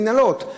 ננעלות.